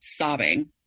sobbing